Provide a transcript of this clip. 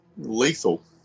Lethal